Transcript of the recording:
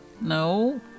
no